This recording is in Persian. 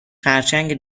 خرچنگ